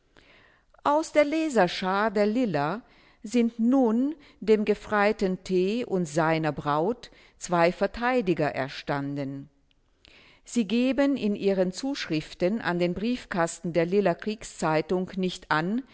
aus der leserschar der liller sind nun dem gefreiten t und seiner braut zwei verteidiger erstanden sie geben in ihren zuschriften an den briefkasten der liller kriegszeitung nicht an